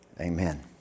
Amen